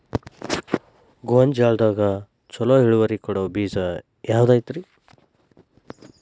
ಗೊಂಜಾಳದಾಗ ಛಲೋ ಇಳುವರಿ ಕೊಡೊ ಬೇಜ ಯಾವ್ದ್ ಐತಿ?